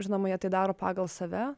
žinoma jie tai daro pagal save